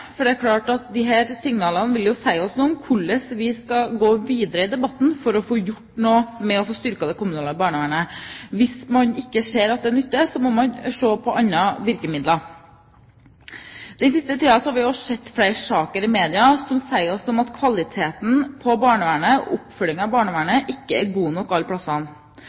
signalene vil si oss noe om hvordan vi skal gå videre i debatten for å få gjort noe for å styrke det kommunale barnevernet. Hvis man ikke ser at det nytter, må man se på andre virkemidler. Den siste tiden har vi også sett flere saker i media som sier oss noe om at kvaliteten på barnevernet og oppfølgingen av barnevernet ikke er god nok alle